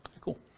Cool